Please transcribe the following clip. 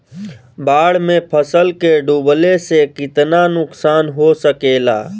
बाढ़ मे फसल के डुबले से कितना नुकसान हो सकेला?